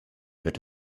wird